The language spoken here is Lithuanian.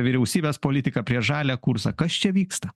vyriausybės politiką prieš žalią kursą kas čia vyksta